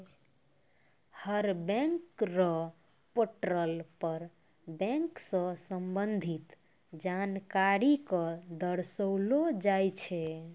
हर bank र portal पर bank स संबंधित जानकारी क दर्शैलो जाय छै